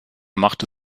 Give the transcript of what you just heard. machte